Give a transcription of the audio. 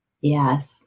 Yes